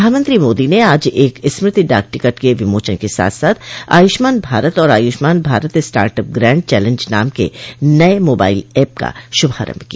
प्रधानमंत्री मोदी ने आज एक स्मृति डाक टिकट के विमोचन के साथ साथ आयुष्मान भारत और Ayushman Bharat startup grand challenge नाम के नये मोबाइल ऐप का शुभारंभ किया